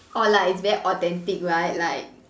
orh like it's very authentic right like